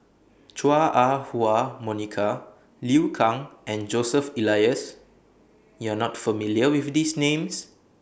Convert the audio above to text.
Chua Ah Huwa Monica Liu Kang and Joseph Elias YOU Are not familiar with These Names